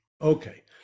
Okay